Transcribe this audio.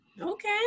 Okay